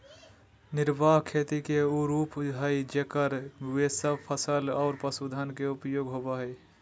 निर्वाह खेती के उ रूप हइ जेकरा में सब फसल और पशुधन के उपयोग होबा हइ